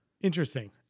Interesting